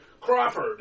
Crawford